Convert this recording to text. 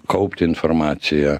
kaupti informaciją